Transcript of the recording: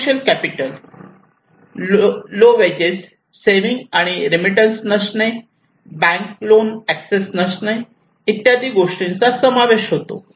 financial capital low wages saving आणि remittance नसणे bank loan access नसणे इत्यादी गोष्टींचा समावेश होतो